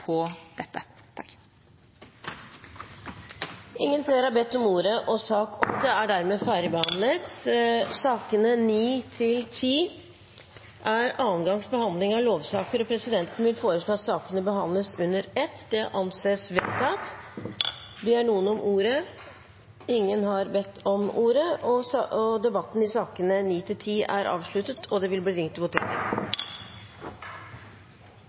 på dette. Flere har ikke bedt om ordet til sak nr. 8. Sakene nr. 9 og 10 er annengangs behandling av lovsaker, og presidenten vil foreslå at sakene behandles under ett. – Det anses vedtatt. Ingen har bedt om ordet til sakene nr. 9 og 10. Én av proposisjonene gjelder endringer i skipsarbeidsloven, rederiets garantiplikt I sakene nr. 2 og 3 foreligger det